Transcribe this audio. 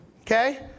Okay